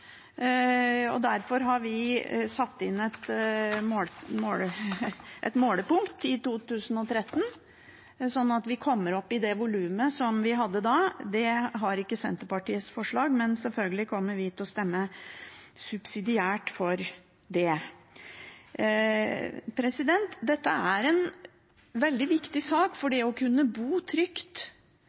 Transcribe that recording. Derfor satte vi inn et målepunkt – 2013 – slik at vi kommer opp i det volumet som vi hadde da. Det har ikke Senterpartiet i sitt forslag, men selvfølgelig kommer vi til å stemme subsidiært for det. Dette er en veldig viktig sak, for det å kunne bo trygt